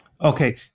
Okay